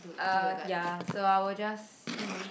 ah ya so I will just you know